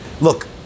Look